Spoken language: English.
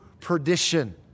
perdition